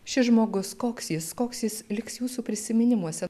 šis žmogus koks jis koks jis liks jūsų prisiminimuose